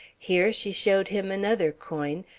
here she showed him another coin,